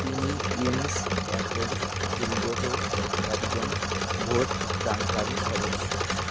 তিনি ইয়েনেস অ্যাক্টরস গিল্ডেরও একজন ভোটদানকারী সদস্য